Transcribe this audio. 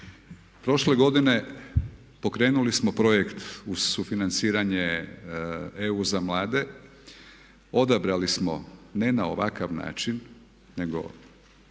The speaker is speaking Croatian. Prošle godine pokrenuli smo projekt uz sufinanciranje EU za mlade. Odabrali smo ne na ovakav način nego